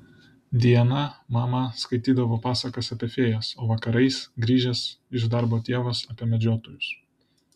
dieną mama skaitydavo pasakas apie fėjas o vakarais grįžęs iš darbo tėvas apie medžiotojus